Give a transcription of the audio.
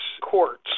courts